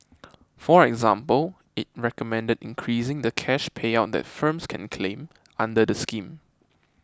for example it recommended increasing the cash payout that firms can claim under the scheme